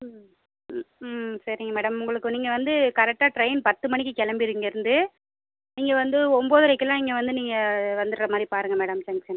ம் ம் ம் சரிங்க மேடம் உங்களுக்கு நீங்கள் வந்து கரக்ட்டாக ட்ரெயின் பத்து மணிக்கு கிளம்பிடும் இங்கே இருந்து நீங்கள் வந்து ஓம்பதரைக்குலாம் இங்கே வந்து நீங்கள் வந்துடுற மாதிரி பாருங்கள் மேடம் ஜங்க்ஷன்